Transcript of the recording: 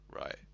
Right